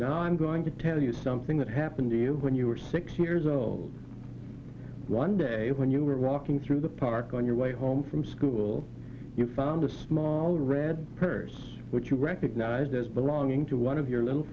know i'm going to tell you something that happened to you when you were six years old one day when you were walking through the park on your way home from school you found a small red purse but you recognized as belonging to one of your little